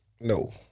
No